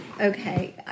Okay